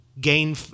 gain